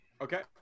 Okay